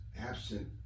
absent